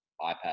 iPad